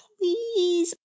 please